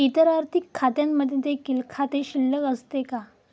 इतर आर्थिक खात्यांमध्ये देखील खाते शिल्लक असते का?